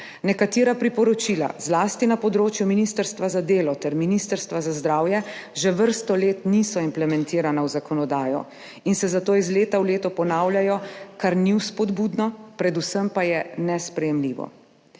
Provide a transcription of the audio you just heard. Nekatera priporočila, zlasti na področju Ministrstva za delo ter Ministrstva za zdravje, že vrsto let niso implementirana v zakonodajo in se zato iz leta v leto ponavljajo, kar ni vzpodbudno, predvsem pa je nesprejemljivo.